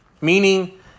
meaning